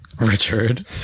richard